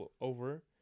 over